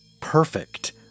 perfect